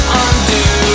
undo